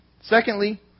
Secondly